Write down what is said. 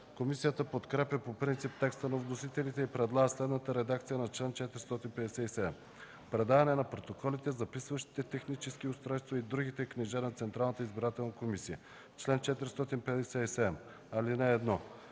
Комисията подкрепя по принцип текста на вносителите и предлага следната редакция на чл. 457: „Предаване на протоколите, записващите технически устройства и другите книжа на Централната избирателна комисия Чл. 457. (1)